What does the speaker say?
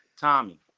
tommy